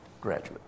graduate